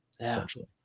Essentially